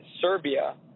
Serbia